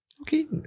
okay